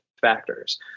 factors